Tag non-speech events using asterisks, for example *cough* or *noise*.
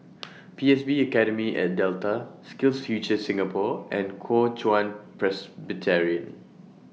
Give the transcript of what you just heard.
*noise* P S B Academy At Delta SkillsFuture Singapore and Kuo Chuan Presbyterian